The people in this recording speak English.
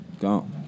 Go